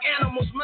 animals